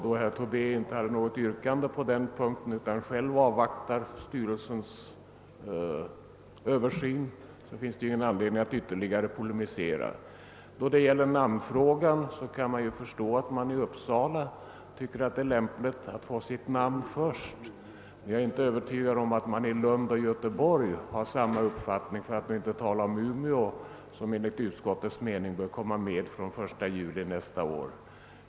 Då herr Tobé inte framställt något yrkande på den punkten utan själv önskar avvakta denna översyn finns det ingen anledning att ytterligare polemisera. Vad namnfrågan beträffar är det förståeligt att man i Uppsala tycker att det är lämpligt att man får sitt namn först, men jag är inte övertygad om att man i Lund och Göteborg har samma uppfattning — för att nu inte tala om Umeå, som enligt utskottets mening bör komma med från 1 juli nästa år.